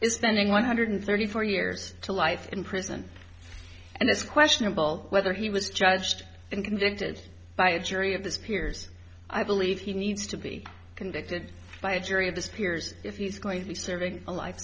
spending one hundred thirty four years to life in prison and it's questionable whether he was judged invented by a jury of his peers i believe he needs to be convicted by a jury of this peers if he's going to be serving a life